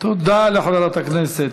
תודה לחברת הכנסת